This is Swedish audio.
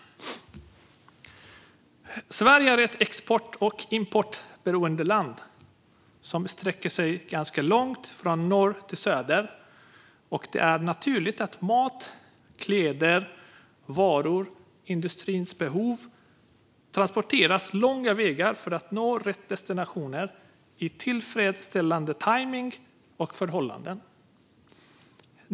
Sverige är ett export och importberoende land som sträcker sig ganska långt från norr till söder. Det är naturligt att mat, kläder, varor och industrins behov transporteras långa vägar för att nå rätt destination med tillfredsställande tajmning och förhållanden.